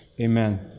amen